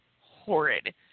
horrid